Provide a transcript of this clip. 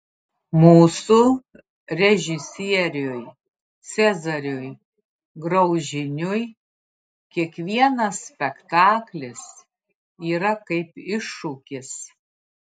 mūsų režisieriui cezariui graužiniui kiekvienas spektaklis yra kaip iššūkis